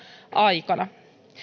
aikana